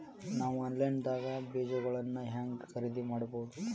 ನಾವು ಆನ್ಲೈನ್ ದಾಗ ಬೇಜಗೊಳ್ನ ಹ್ಯಾಂಗ್ ಖರೇದಿ ಮಾಡಬಹುದು?